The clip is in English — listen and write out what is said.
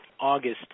August